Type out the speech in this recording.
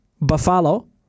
buffalo